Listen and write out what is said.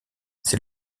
c’est